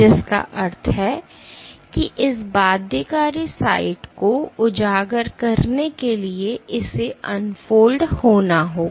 जिसका अर्थ है कि इस बाध्यकारी साइट को उजागर करने के लिए इसे अनफोल्ड होना होगा